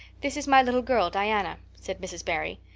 this is my little girl diana, said mrs. barry.